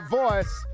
voice